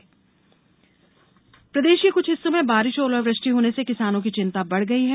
मौसम प्रदेश के कुछ हिस्सों में बारिश और ओलावृष्टि होने से किसानों की चिंता बढ़ गई है